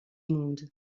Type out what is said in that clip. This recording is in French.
monde